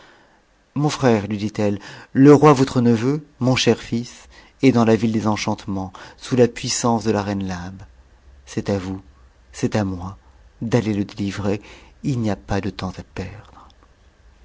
mon frère lui dit-elle le roi votre neveu mon cher fils est dans la ville des enchantements sous la puissance de a reine labe c'est à vous c'est à moi d'aller le délivrer il n'y a pas de temps à perdre